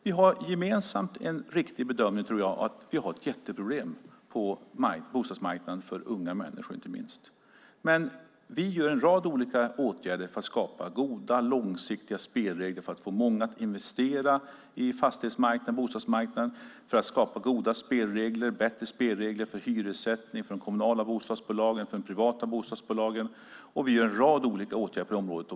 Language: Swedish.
Vi har den gemensamma bedömningen att det är ett jätteproblem på bostadsmarknaden, inte minst för unga människor. Vi vidtar en rad åtgärder för att skapa goda långsiktiga spelregler för att få många att investera i fastighets och bostadsmarknaden och skapa bättre spelregler för hyressättningen, de kommunala bostadsbolagen och de privata bostadsbolagen. Vi vidtar en rad åtgärder på det området.